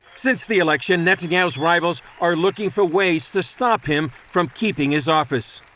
since the election, netanyahu's rivals are looking for ways to stop him from keeping his office.